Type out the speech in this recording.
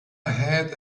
had